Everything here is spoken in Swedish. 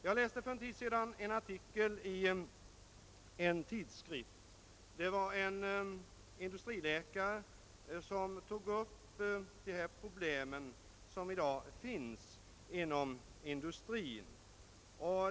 Jag läste för en tid sedan en artikel i en tidskrift. En industriläkare tog där upp de problem som i dag finns inom industrin.